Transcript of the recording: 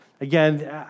Again